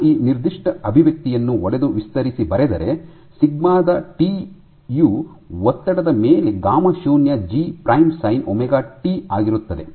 ನಾನು ಈ ನಿರ್ದಿಷ್ಟ ಅಭಿವ್ಯಕ್ತಿಯನ್ನು ಒಡೆದು ವಿಸ್ತರಿಸಿ ಬರೆದರೆ ಸಿಗ್ಮಾ ಟಿ ದ ಯು ಒತ್ತಡದ ಮೇಲೆ ಗಾಮಾ0 x G prime sine omega t gamma0 x G' sin omega t ಆಗಿರುತ್ತದೆ